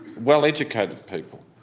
well educated people.